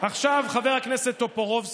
עכשיו חבר הכנסת טופורובסקי.